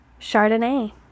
Chardonnay